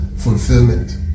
Fulfillment